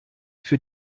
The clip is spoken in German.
für